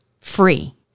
free